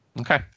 Okay